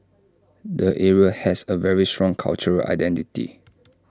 the area has A very strong cultural identity